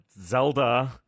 Zelda